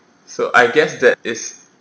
so I guess that is